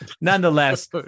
Nonetheless